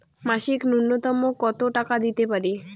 মাসিক নূন্যতম কত টাকা দিতে পারি?